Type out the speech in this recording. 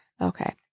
Okay